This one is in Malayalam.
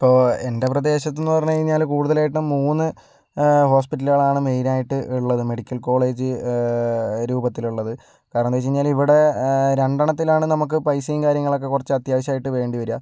ഇപ്പോൾ എൻ്റെ പ്രദേശത്ത് എന്ന് പറഞ്ഞു കഴിഞ്ഞാൽ കൂടുതലായിട്ടും മൂന്ന് ഹോസ്പിറ്റലുകളാണ് മെയിനായിട്ട് ഉള്ളത് മെഡിക്കൽ കോളേജ് രൂപത്തിൽ ഉള്ളത് കാരണം എന്താണെന്ന് വെച്ച് കഴിഞ്ഞാൽ ഇവിടെ രണ്ടെണ്ണത്തിലാണ് നമുക്ക് പൈസയും കാര്യങ്ങളൊക്കെ കുറച്ച് അത്യാവശ്യം ആയിട്ട് വേണ്ടി വരിക